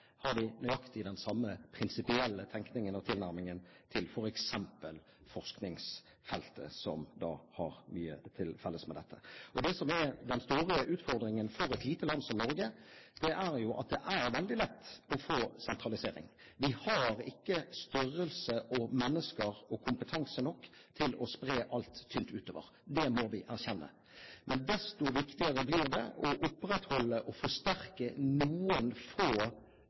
har vi nøyaktig den samme prinsipielle tenkningen og tilnærmingen til f.eks. forskningsfeltet, som har mye til felles med dette. Det som er den store utfordringen for et lite land som Norge, det er jo at det er veldig lett å få sentralisering. Vi har ikke størrelse, mennesker og kompetanse nok til å spre alt tynt utover. Det må vi erkjenne. Desto viktigere blir det å opprettholde og forsterke noen få